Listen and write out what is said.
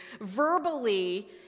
verbally